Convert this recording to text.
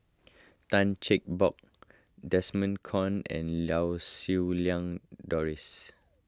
Tan Cheng Bock Desmond Kon and Lau Siew Lang Doris